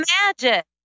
Magic